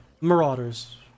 Marauders